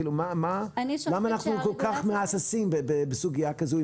כאילו, מה, למה אנחנו כל כך מהססים בסוגייה כזו?